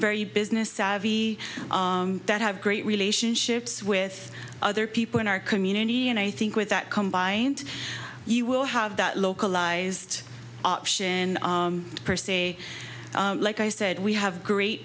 very business savvy that have great relationships with other people in our community and i think with that combined you will have that localized option per se like i said we have great